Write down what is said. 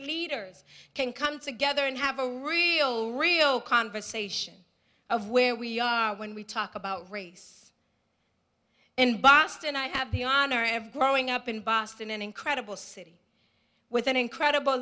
leaders can come together and have a real real conversation of where we are when we talk about race in boston i have the honor ever growing up in boston an incredible city with an incredible